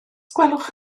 gwelwch